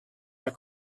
are